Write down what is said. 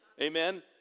Amen